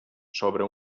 sobre